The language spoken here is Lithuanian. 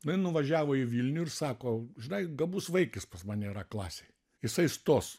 nu ji nuvažiavo į vilnių ir sako žinai gabus vaikis pas mane yra klasėj jisai stos